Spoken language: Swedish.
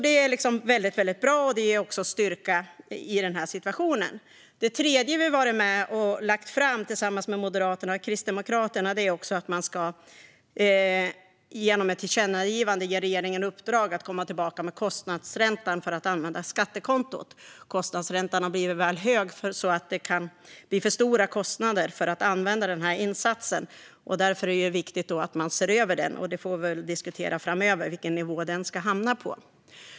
Det är väldigt bra, och det är också en styrka i den här situationen. Det tredje vi varit med att lägga fram förslag om tillsammans med Moderaterna och Kristdemokraterna är att man genom ett tillkännagivande ska ge regeringen i uppdrag att komma tillbaka med förslag om kostnadsräntan för att använda skattekonton. Kostnadsräntan har blivit väl hög så att det kan bli för stora kostnader för att använda insatsen. Därför är det viktigt att regeringen ser över den. Vi får diskutera framöver vilken nivå den ska hamna på.